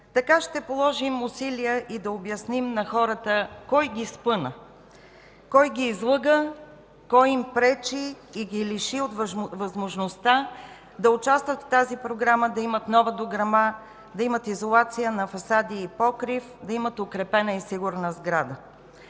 така ще положим усилия и да обясним на хората кой ги спъна, кой ги излъга, кой им пречи и ги лиши от възможността да участват в тази програма, да имат нова дограма, да имат изолация на фасади и покрив, да имат укрепена и сигурна сграда.